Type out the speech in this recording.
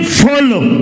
follow